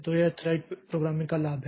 तो यह thread programming का लाभ है